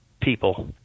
people